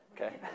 okay